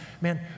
man